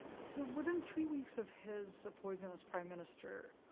so within three weeks of his appointment as prime minister,